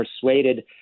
persuaded